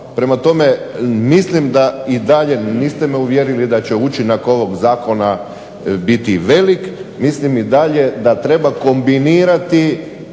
Prema tome, mislim da me i dalje niste uvjerili da će učinak ovog zakona biti velik, mislim i dalje da treba kombinirati